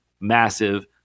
massive